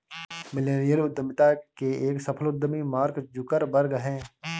millennial उद्यमिता के एक सफल उद्यमी मार्क जुकरबर्ग हैं